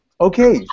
Okay